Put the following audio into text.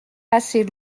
assez